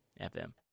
FM